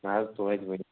نہَ حظ توتہِ ؤنِو